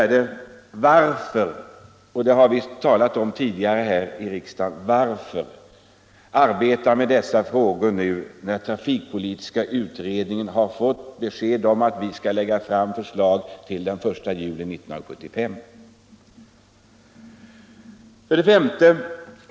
Jag frågar också — och det har vi talat om tidigare här i riksdagen —- varför man arbetar med denna fråga nu, när trafikpolitiska utredningen har fått besked om att vårt förslag skall framläggas den 1 juli 1975?